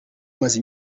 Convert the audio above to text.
maze